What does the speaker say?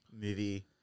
movie